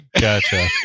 Gotcha